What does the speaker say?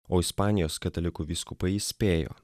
o ispanijos katalikų vyskupai įspėjo